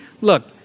look